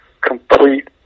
complete